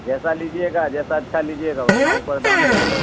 جیسا لیجیے گا جیسا اچھا لیجیے گا اتنا اوپر دام جائے گا